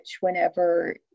whenever